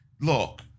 look